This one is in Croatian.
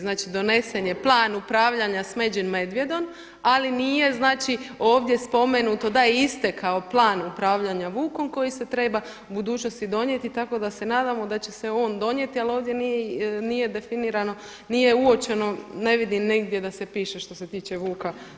Znači donesen je plan upravljanja smeđim medvjedom, ali nije znači ovdje spomenuto da je istekao plan upravljanja vukom koji se treba u budućnosti donijeti, tako da se nadamo da će se on donijeti ali ovdje nije definirano, nije uočeno, ne vidim nigdje da se piše što se tiče vuka.